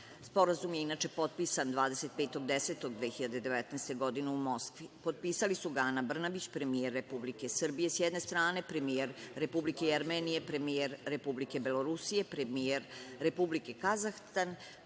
Sporazum je inače potpisan 25.10.2019. godine u Moskvi. Potpisali su ga Ana Brnabić, premijer Republike Srbije, sa jedne strane, premijer Republike Jermenije, premijer Republike Belorusije, premijer Republike Kazahstan,